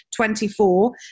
24